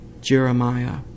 Jeremiah